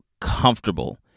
comfortable